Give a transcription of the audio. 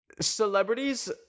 celebrities